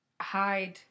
hide